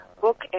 book